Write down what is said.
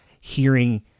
hearing